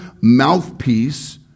mouthpiece